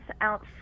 out